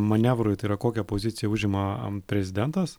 manevrui tai yra kokią poziciją užima prezidentas